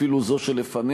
אפילו זו שלפניה,